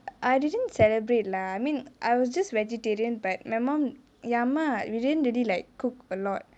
I didn't celebrate lah I mean I was just vegetarian but my mum என் அம்மா:en amma we didn't really like cook a lot